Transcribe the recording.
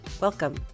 welcome